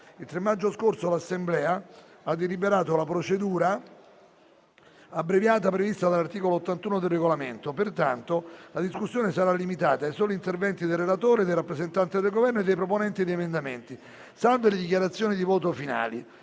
Il 3 maggio scorso l'Assemblea ha deliberato la procedura abbreviata prevista dall'articolo 81 del Regolamento. Pertanto la discussione sarà limitata ai soli interventi del relatore, del rappresentante del Governo e dei proponenti di emendamenti e ordini del giorno, salve le dichiarazioni di voto finale.